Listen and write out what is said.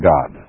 God